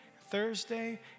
Thursday